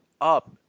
up